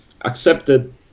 accepted